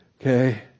Okay